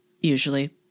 usually